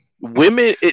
Women